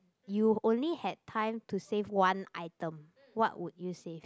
you only had time to save one item what would you save